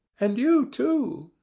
and you too.